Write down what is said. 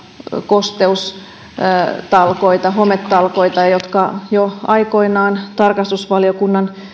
kosteustalkoita hometalkoita jotka jo aikoinaan tarkastusvaliokunnan